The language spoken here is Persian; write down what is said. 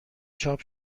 چاپ